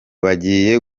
bagiye